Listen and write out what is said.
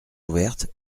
ouverte